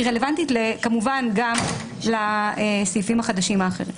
היא רלוונטית כמובן גם לסעיפים החדשים האחרים.